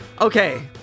Okay